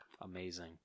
Amazing